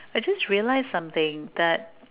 I just realised something that